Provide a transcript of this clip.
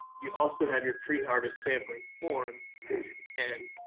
you also have your pre-harvest sampling form and